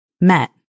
met